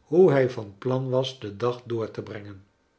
hoe hij van plan was den dag door te brengen